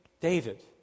David